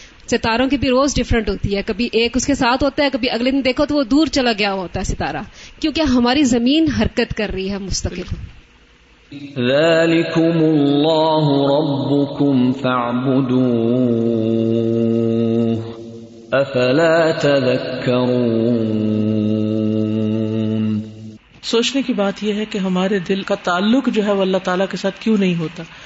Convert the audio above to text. ستاروں کی بھی روز different ہوتی ہے. کبھی ایک اس کے ساتھ ہوتا ہے, کبھی اگلے دن دیکھو تو وہ دور چلا گیا ہوتا ہے ستارہ. کیونکہ ہماری زمین حرکت کر رہی ہے مستقل. ذَلِكُمُ اللَّهُ رَبُّكُمْ فَاعْبُدُوهُ. أَفَلَا تَذَكَّرُونَ؟ سوچنے کی بات یہ ہے کہ ہمارے دل کا تعلق جو ہے وہ اللہ تعالیٰ کے ساتھ کیوں نہیں ہوتا؟